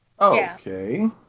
Okay